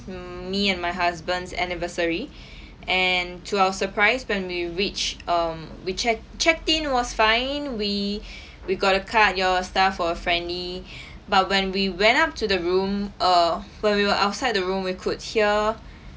mm me and my husband's anniversary and to our surprise when we reached um we checked checked in was fine we we've got a cart your staff were friendly but when we went up to the room err when we were outside the room we could hear